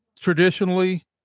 traditionally